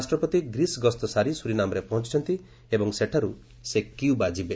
ରାଷ୍ଟ୍ରପତି ଗ୍ରୀସ୍ ଗସ୍ତ ସାରି ସୁରିନାମ୍ରେ ପହଞ୍ଚ ୍ଚନ୍ତି ଏବଂ ସେଠାର୍ତ ସେ କ୍ୟବା ଯିବେ